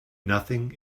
nothing